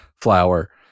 flower